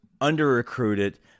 under-recruited